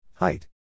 Height